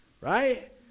Right